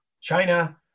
China